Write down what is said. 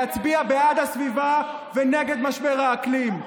להצביע בעד הסביבה ונגד משבר האקלים.